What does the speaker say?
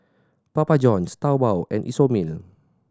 Papa Johns Taobao and Isomil